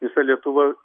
visa lietuva